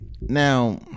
Now